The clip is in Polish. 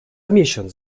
miesiąc